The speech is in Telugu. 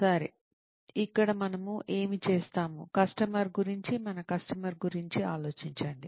సరే ఇక్కడ మనము ఏమి చేస్తాము కస్టమర్ గురించి మన కస్టమర్ గురించి ఆలోచించండి